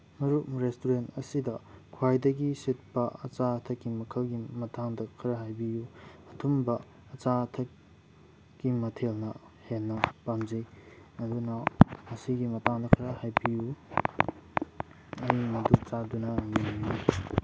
ꯃꯔꯨꯞ ꯔꯦꯁꯇꯨꯔꯦꯟ ꯑꯁꯤꯗ ꯈ꯭ꯋꯥꯏꯗꯒꯤ ꯁꯤꯠꯄ ꯑꯆꯥ ꯑꯊꯛꯀꯤ ꯃꯈꯜꯒꯤ ꯃꯇꯥꯡꯗ ꯈꯔ ꯍꯥꯏꯕꯤꯌꯨ ꯑꯊꯨꯝꯕ ꯑꯆꯥ ꯑꯊꯛꯀꯤ ꯃꯊꯦꯜꯅ ꯍꯦꯟꯅ ꯄꯥꯝꯖꯩ ꯑꯗꯨꯅ ꯃꯁꯤꯒꯤ ꯃꯇꯥꯡꯗ ꯈꯔ ꯍꯥꯏꯕꯤꯌꯨ ꯑꯩ ꯃꯗꯨ ꯆꯥꯗꯨꯅ ꯌꯦꯡꯅꯤꯡꯢ